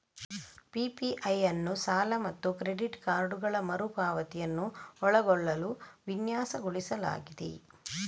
PPI ಅನ್ನು ಸಾಲ ಮತ್ತು ಕ್ರೆಡಿಟ್ ಕಾರ್ಡುಗಳ ಮರು ಪಾವತಿಯನ್ನು ಒಳಗೊಳ್ಳಲು ವಿನ್ಯಾಸಗೊಳಿಸಲಾಗಿದೆ